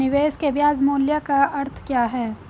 निवेश के ब्याज मूल्य का अर्थ क्या है?